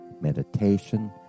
meditation